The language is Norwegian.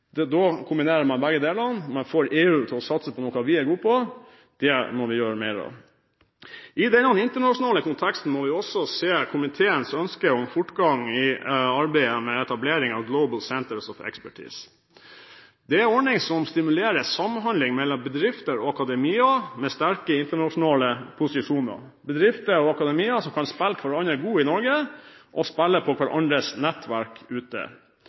EU. Da kombinerer man begge deler, man får EU til å satse på noe vi er gode på. Det må vi gjøre mer av. I denne internasjonale konteksten må vi også se komiteens ønske om fortgang i arbeidet med etableringen av Global Centres of Expertise. Det er en ordning som stimulerer til samhandling mellom bedrifter og akademier med sterke internasjonale posisjoner, hvor bedrifter og akademia kan spille hverandre gode i Norge, og spille på hverandres nettverk ute.